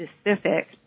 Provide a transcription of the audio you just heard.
specific